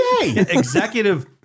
Executive